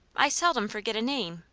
i seldom forget a name,